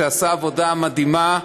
שעשה עבודה מדהימה.